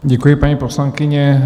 Děkuji, paní poslankyně.